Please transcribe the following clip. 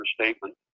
statement